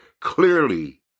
clearly